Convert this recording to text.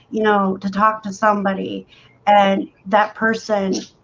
you know to talk to somebody and that person